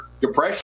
Depression